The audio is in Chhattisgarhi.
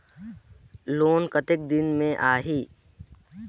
लोन कतेक दिन मे आही?